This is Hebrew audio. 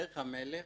דרך המלך